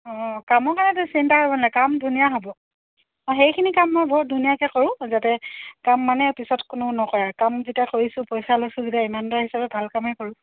অঁ কামৰ কাৰণে চিন্তা কৰিব নালাগে কাম ধুনীয়া হ'ব অঁ সেইখিনি কাম মই বহুত ধুনীয়াকে কৰোঁ যাতে কাম মানে পিছত কোনেও নকৰে কাম যেতিয়া কৰিছোঁ পইচা লৈছো যেতিয়া ইমানদাৰ হিচাপে ভাল কামেই কৰোঁ